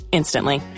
instantly